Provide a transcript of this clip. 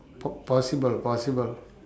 po~ possible possible